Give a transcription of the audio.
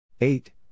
Eight